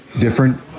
different